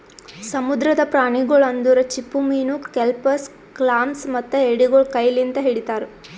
ಸಮುದ್ರದ ಪ್ರಾಣಿಗೊಳ್ ಅಂದುರ್ ಚಿಪ್ಪುಮೀನು, ಕೆಲ್ಪಸ್, ಕ್ಲಾಮ್ಸ್ ಮತ್ತ ಎಡಿಗೊಳ್ ಕೈ ಲಿಂತ್ ಹಿಡಿತಾರ್